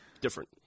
different